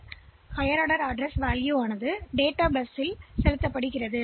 D signal வழங்கப்படுகிறது மேலும் இது மெமரில் F0 ஐ டேட்டா பஸ்ஸில் வைக்கும்